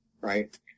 right